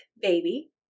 baby